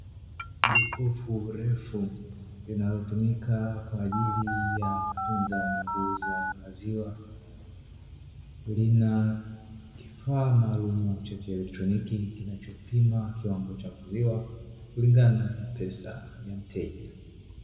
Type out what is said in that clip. Jokofu refu linalotumika kwa ajili ya kutunza na kuuza maziwa, lina kifaa maalumu cha kielekroniki, kinachopima kiwango cha maziwa kulingana na pesa ya mteja.